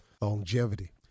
longevity